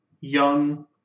young